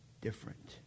different